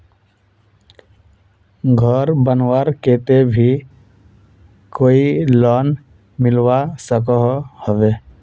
घोर बनवार केते भी कोई लोन मिलवा सकोहो होबे?